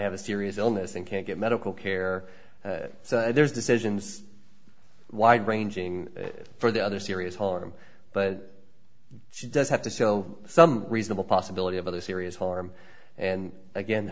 have a serious illness and can't get medical care so there's decisions wide ranging for the other serious harm but she does have to sell some reasonable possibility of other serious harm and again